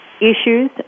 issues